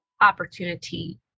opportunity